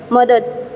मदत